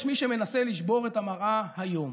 יש מי שמנסה לשבור את המראה היום,